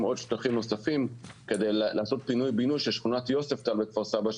שטחים נוספים כדי לעשות פינוי בינוי של שכונת יוספטל בכפר סבא,